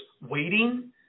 waiting